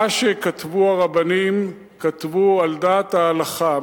מה שכתבו הרבנים, כתבו על דעת ההלכה.